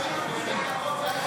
נתקבלה.